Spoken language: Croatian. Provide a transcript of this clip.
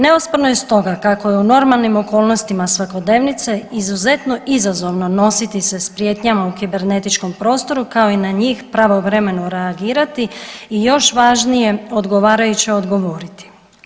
Neosporno je stoga kako je u normalnim okolnostima svakodnevnice izuzetno izazovno nositi se s prijetnjama u kibernetičkom prostoru kao i na njih pravovremeno reagirati i još važnije odgovarajuće odgovoriti.